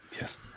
Yes